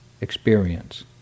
experience